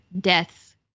deaths